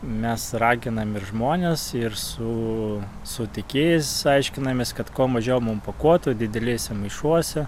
mes raginam ir žmones ir su su tiekėjais aiškinamės kad kuo mažiau mum pakuotų didelėse maišuose